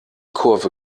kurve